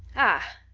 ah!